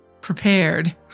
prepared